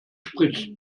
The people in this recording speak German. spricht